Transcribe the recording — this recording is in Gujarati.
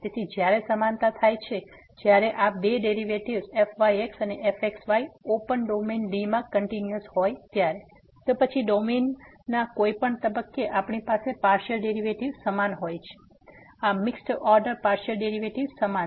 તેથી જ્યારે સમાનતા થાય છે જ્યારે આ બે ડેરિવેટિવ્ઝ fyx અને fxy ઓપન ડોમેન D માં કંટીન્યુઅસ હોય છે તો પછી ડોમેનના કોઈપણ તબક્કે આપણી પાસે પાર્સીઅલ ડેરીવેટીવ્ઝ સમાન હોય છે આ મિક્સ્ડ ઓર્ડર પાર્સીઅલ ડેરીવેટીવ્ઝ સમાન